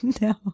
no